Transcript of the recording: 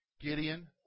Gideon